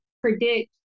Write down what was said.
predict